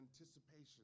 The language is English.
anticipation